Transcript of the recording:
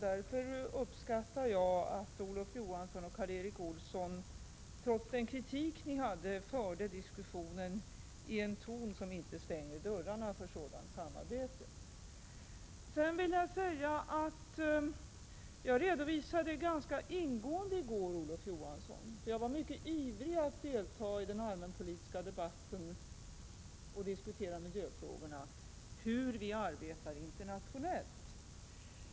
Därför uppskattar jag att Olof Johansson och Karl Erik Olsson, trots den kritik ni hade, förde diskussionen i en ton som inte stänger dörrarna för sådant samarbete. Jag vill säga till Olof Johansson att jag i går mycket ingående redovisade hur vi arbetar internationellt. Jag var mycket ivrig att diskutera miljöfrågorna i den allmänpolitiska debatten.